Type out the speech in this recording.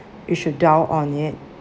you should doubt on it